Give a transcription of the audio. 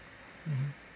mmhmm